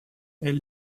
elle